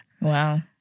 Wow